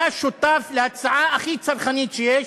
אתה שותף להצעה הכי צרכנית שיש,